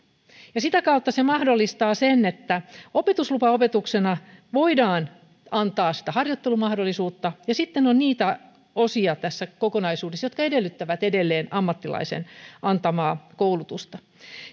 ja sitä kautta se mahdollistaa sen että opetuslupaopetuksena voidaan antaa sitä harjoittelumahdollisuutta ja sitten on niitä osia tässä kokonaisuudessa jotka edellyttävät edelleen ammattilaisen antamaa koulutusta